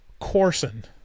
Corson